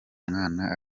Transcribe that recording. mwana